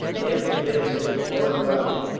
after passing koiladi,